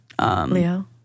Leo